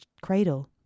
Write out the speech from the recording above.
cradle